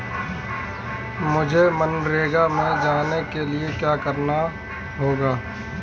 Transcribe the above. मुझे मनरेगा में जाने के लिए क्या करना होगा?